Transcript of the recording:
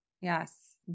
Yes